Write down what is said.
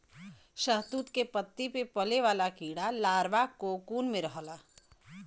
शहतूत के पत्ती पे पले वाला कीड़ा लार्वा कोकून में रहला